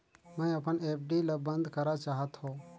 मैं अपन एफ.डी ल बंद करा चाहत हों